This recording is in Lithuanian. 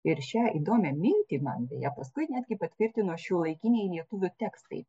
ir šią įdomią mintį man beje paskui netgi patvirtino šiuolaikiniai lietuvių tekstai